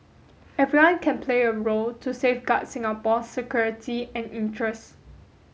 everyone can play a role to safeguard Singapore's security and interest